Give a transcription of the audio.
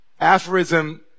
aphorism